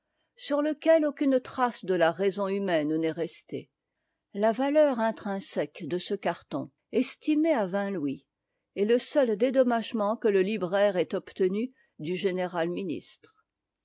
sur lequel aucune trace de la raison humaine n'est restée la valeur intrinsèque de ce carton estimée à vingt louis est le seul dédommagement que le libraire ait obtenu du généra ministre